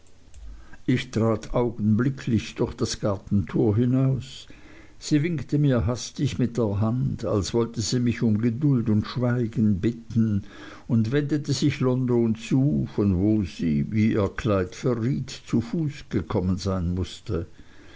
ich trat augenblicklich durch das gartentor hinaus sie winkte mir hastig mit der hand als wollte sie mich um geduld und schweigen bitten und wendete sich london zu von wo sie wie ihr kleid verriet zu fuß gekommen sein mußte